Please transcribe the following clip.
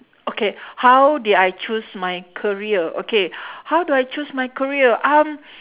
okay how did I choose my career okay how do I choose my career um